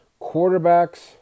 Quarterbacks